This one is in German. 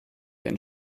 den